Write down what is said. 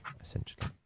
essentially